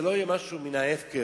זה לא יהיה משהו מן ההפקר,